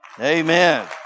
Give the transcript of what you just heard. amen